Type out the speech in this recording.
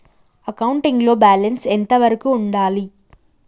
Accounting లో balance ఎంత వరకు ఉండాలి?